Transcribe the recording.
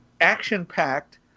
action-packed